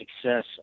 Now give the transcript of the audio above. success